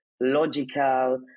logical